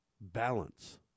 balance